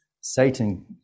Satan